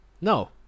No